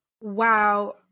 Wow